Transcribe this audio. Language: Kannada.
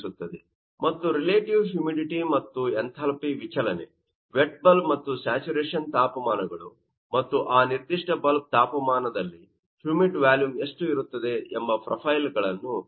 ಮತ್ತು ರಿಲೇಟಿವ್ ಹ್ಯೂಮಿಡಿಟಿ ಮತ್ತು ಎಂಥಾಲ್ಪಿ ವಿಚಲನೆ ವೆಟ್ ಬಲ್ಬ್ ಮತ್ತು ಸ್ಯಾಚುರೇಶನ್ ತಾಪಮಾನಗಳು ಮತ್ತು ಆ ನಿರ್ದಿಷ್ಟ ಬಲ್ಬ್ ತಾಪಮಾನದಲ್ಲಿ ಹ್ಯೂಮಿಡ್ ವ್ಯಾಲುಮ್ ಎಷ್ಟು ಇರುತ್ತದೆ ಎಂಬ ಪ್ರೊಫೈಲ್ಳನ್ನು ಇಲ್ಲಿ ನೀಡಲಾಗಿದೆ